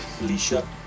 Alicia